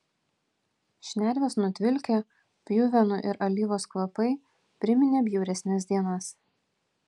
šnerves nutvilkę pjuvenų ir alyvos kvapai priminė bjauresnes dienas